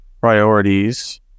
priorities